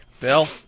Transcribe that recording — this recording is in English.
Bill